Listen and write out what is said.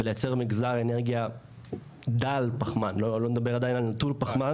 ולייצר מגזר אנרגיה דל פחמן - לא נדבר עדיין על נטול פחמן